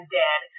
dead